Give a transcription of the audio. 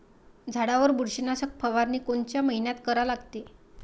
झाडावर बुरशीनाशक फवारनी कोनच्या मइन्यात करा लागते?